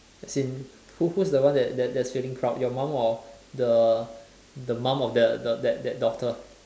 as in who who is the one that that is feeling proud your mum or the the mum of the the that that doctor